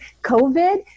COVID